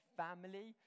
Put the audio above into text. family